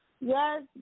Yes